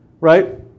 right